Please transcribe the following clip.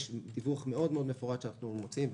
יש דיווח מפורט מאוד שאנחנו מוציאים,